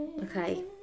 Okay